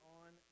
on